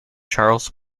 charles